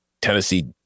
Tennessee